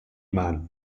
man